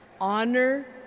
honor